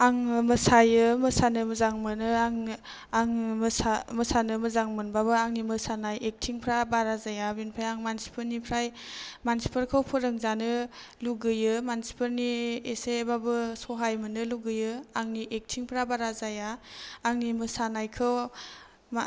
आङो मोसायो मोसानो मोजां मोनो आङो आङो मोसा मोसानो मोजां मोनबाबो आंनि मोसानाय एकटिंफ्रा बारा जााया बेनिफ्राय आं मानसिफोरनिफ्राय मानसिफोरखौ फोरोंजानो लुबैयो मानसिफोरनि एसेबाबो सहाय मोननो लुबैयो आंनि एकटिंफ्रा बारा जाया आंनि मोसानायखौ मा